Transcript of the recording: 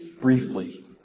briefly